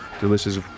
delicious